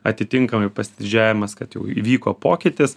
atitinkamai pasididžiavimas kad jau įvyko pokytis